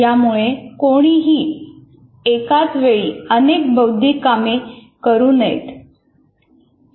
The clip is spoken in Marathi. यामुळे कोणीही एकाच वेळी अनेक बौद्धिक कामे करु नयेत